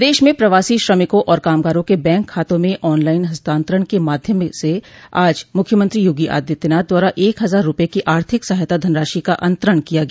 प्रदेश में प्रवासी श्रमिकों और कामगारों के बैंक खातों में ऑन लाइन हस्तांतरण के माध्यम से आज मुख्यमंत्री योगी आदित्यनाथ द्वारा एक हजार रूपये की आर्थिक सहायता धनराशि का अंतरण किया गया